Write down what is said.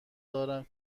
دارم